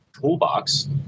toolbox